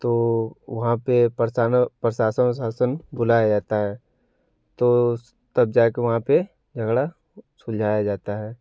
तो वहाँ पे प्रशासन उरशासन बुलाया जाता है तो तब जा के वहाँ पे झगड़ा सुलझाया जाता है